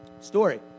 story